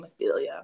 hemophilia